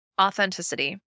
Authenticity